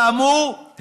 כאמור,